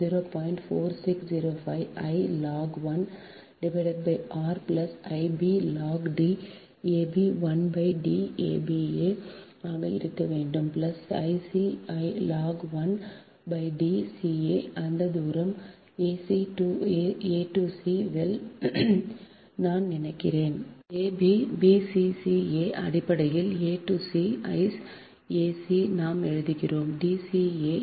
4605 I log 1 r I b log D ab 1 D aba ஆக இருக்க வேண்டும் plus I c log 1 D ca அந்த தூரம் a to c நான் நினைக்கிறேன் a b b c c a அடிப்படையில் a to c is ac நாம் எழுதுகிறோம் D c a